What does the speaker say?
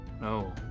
No